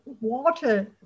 water